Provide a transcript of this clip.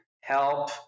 help